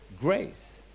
grace